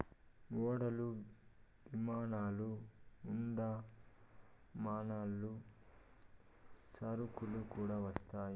ఓడలు విమానాలు గుండా సామాన్లు సరుకులు కూడా వస్తాయి